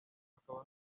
akaba